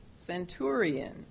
Centurion